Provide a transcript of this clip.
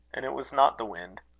and it was not the wind.